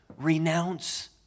renounce